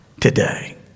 today